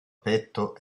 petto